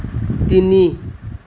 তিনি